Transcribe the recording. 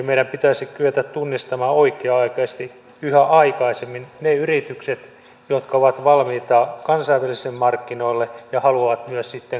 meidän pitäisi kyetä tunnistamaan oikea aikaisesti yhä aikaisemmin ne yritykset jotka ovat valmiita kansainvälisille markkinoille ja haluavat myös sitten kasvaa